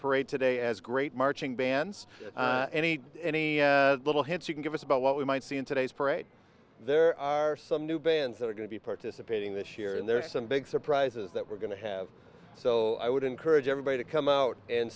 parade today as great marching bands any any little hints you can give us about what we might see in today's parade there are some new bands that are going to be participating this year and there are some big surprises that we're going to have so i would encourage everybody to come out and